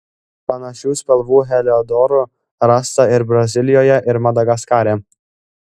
panašių spalvų heliodorų rasta ir brazilijoje ir madagaskare